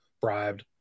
bribed